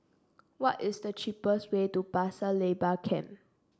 what is the cheapest way to Pasir Laba Camp